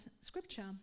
scripture